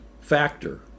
factor